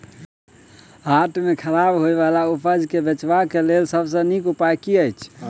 हाट मे खराब होय बला उपज केँ बेचबाक क लेल सबसँ नीक उपाय की अछि?